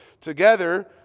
together